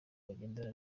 bagendana